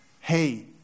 hey